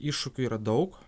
iššūkių yra daug